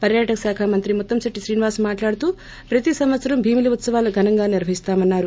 పర్యాటక శాఖ మంత్రి ముత్తంశెట్టి శ్రీనివాసరావు మాట్లాడుతూ ప్రతి సంవత్సరం పలువురు భీమిలి ఉత్సవాలను ఘనంగా నిర్వహిస్తామన్నారు